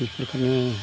बेफोरखौनो